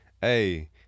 Hey